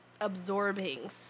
absorbing